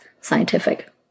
scientific